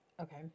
Okay